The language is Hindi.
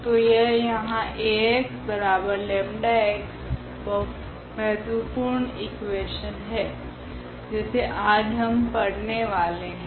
तो यह यहाँ Ax 𝜆x बहुत महत्वपूर्ण इकुवेशन है जिसे आज हम पड़ने वाले है